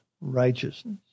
righteousness